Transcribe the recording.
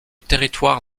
territoire